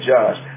Josh